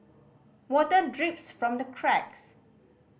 water drips from the cracks